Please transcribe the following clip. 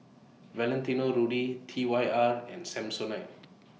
Valentino Rudy T Y R and Samsonite